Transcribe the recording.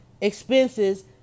expenses